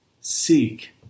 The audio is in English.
seek